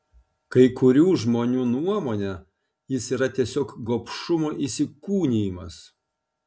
kai kurių žmonių nuomone jis yra tiesiog gobšumo įsikūnijimas